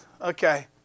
Okay